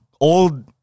old